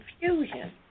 confusion